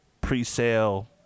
pre-sale